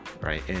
right